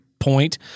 point